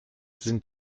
sind